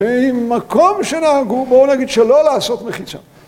במקום שנהגו בואו נגיד שלא לעשות מחיצה